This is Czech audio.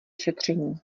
šetření